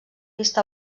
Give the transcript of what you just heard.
vist